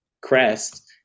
crest